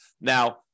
Now